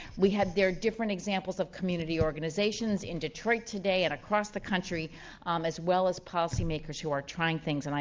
we had. there are different examples of community organizations in detroit today and across the country um as well as policy makers who are trying things. and